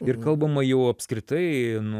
ir kalbama jau apskritai nu